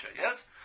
yes